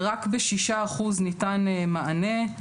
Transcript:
רק ב-6% ניתן מענה,